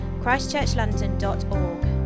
christchurchlondon.org